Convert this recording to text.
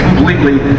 completely